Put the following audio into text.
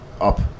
up